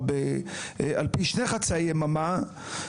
או על פי שני חצאי יממה,